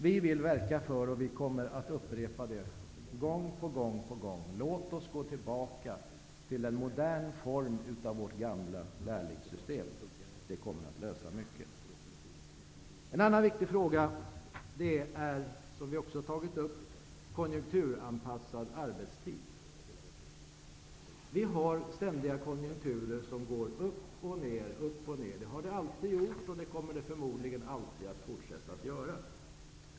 Vi vill verka för detta, och vi kommer att upprepa det gång på gång. Låt oss gå tillbaka till en modern form av vårt gamla lärlingssystem. Det kommer att lösa många problem. En annan viktig fråga som vi också har tagit upp är konjunkturanpassad arbetstid. Vi har ständiga konjunkturer som går upp och ner. Det har de alltid gjort, och det kommer de förmodligen att fortsätta att göra.